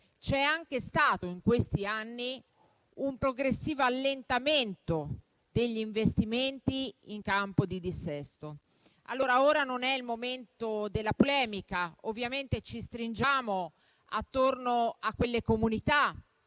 c'è anche stato un progressivo allentamento degli investimenti nel campo del dissesto. Questo non è il momento della polemica. Ovviamente ci stringiamo attorno a quelle comunità,